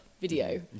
video